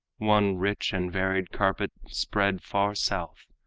one rich and varied carpet spread far south,